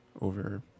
over